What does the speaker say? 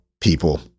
people